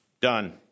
Done